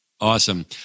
Awesome